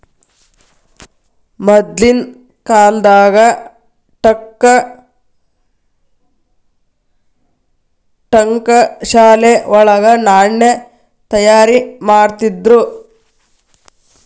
ಮದ್ಲಿನ್ ಕಾಲ್ದಾಗ ಠಂಕಶಾಲೆ ವಳಗ ನಾಣ್ಯ ತಯಾರಿಮಾಡ್ತಿದ್ರು